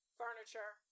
furniture